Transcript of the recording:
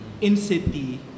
in-city